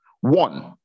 One